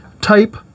type